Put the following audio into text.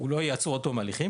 העובד לא ייעצר עד תום ההליכים,